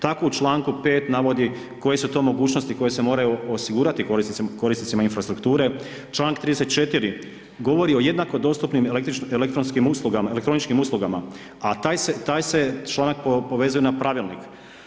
Tako u članku 5. navodi koje su to mogućnosti koje se moraju osigurati korisnicima infrastrukture, članka 34. govori o jednako dostupnim elektronskim uslugama, elektroničkim usluga, a taj se članak povezuje na pravilnik.